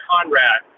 Conrad